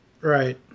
Right